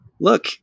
look